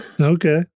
Okay